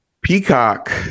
Peacock